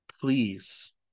please